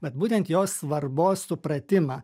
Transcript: vat būtent jos svarbos supratimą